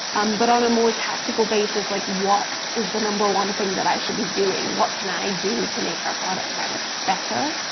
um but on a more tactical basis, like what is the number one thing that is should be doing? what can i do to make our product better? better?